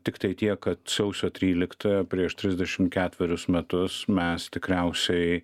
tiktai tiek kad sausio tryliktąją prieš trisdešimt ketverius metus mes tikriausiai